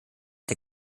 der